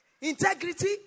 integrity